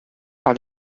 par